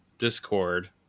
discord